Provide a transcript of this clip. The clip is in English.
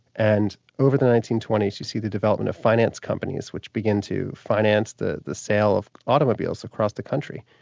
and over the nineteen twenty s you see the development of finance companies, which begin to finance the the sale of automobiles across the country.